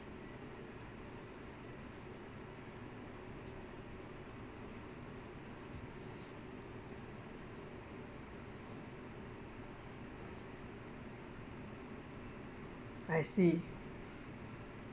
I see